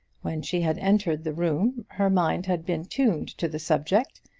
when she had entered the room her mind had been tuned to the subject,